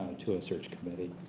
to a search committee.